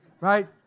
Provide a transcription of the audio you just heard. Right